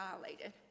violated